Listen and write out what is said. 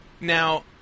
Now